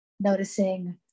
Noticing